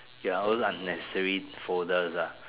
ya all those unnecessary folders ah